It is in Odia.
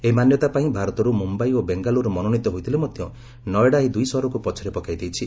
ଏହି ମାନ୍ୟତା ପାଇଁ ଭାରତରୁ ମୁମ୍ୟାଇ ଓ ବେଙ୍ଗାଲ୍ରୁ ମନୋନୀତ ହୋଇଥିଲେ ମଧ୍ୟ ନଏଡା ଏହି ଦୁଇ ସହରକୁ ପଛରେ ପକାଇ ଦେଇଛି